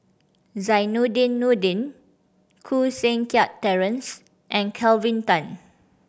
Zainudin Nordin Koh Seng Kiat Terence and Kelvin Tan